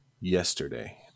yesterday